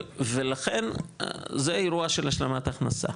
ולכן, זה אירוע של השלמת הכנסה.